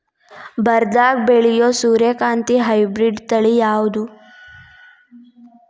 ಬರದಾಗ ಬೆಳೆಯೋ ಸೂರ್ಯಕಾಂತಿ ಹೈಬ್ರಿಡ್ ತಳಿ ಯಾವುದು?